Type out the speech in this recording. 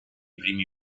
primi